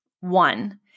One